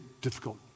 difficult